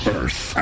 Earth